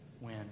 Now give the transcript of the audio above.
win